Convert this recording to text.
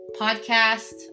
podcast